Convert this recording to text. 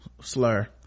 slur